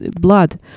blood